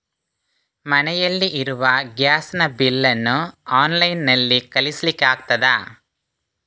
ಮನೆಯಲ್ಲಿ ಇರುವ ಗ್ಯಾಸ್ ನ ಬಿಲ್ ನ್ನು ಆನ್ಲೈನ್ ನಲ್ಲಿ ಕಳಿಸ್ಲಿಕ್ಕೆ ಆಗ್ತದಾ?